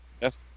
Yes